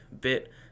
bit